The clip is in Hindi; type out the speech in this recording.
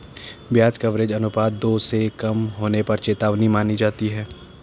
ब्याज कवरेज अनुपात दो से कम होने पर चेतावनी मानी जाती है